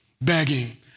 begging